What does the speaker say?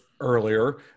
earlier